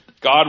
God